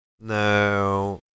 No